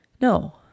no